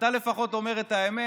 אתה לפחות אומר את האמת.